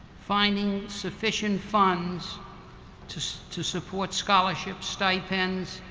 finding sufficient funds to to support scholarships, stipends,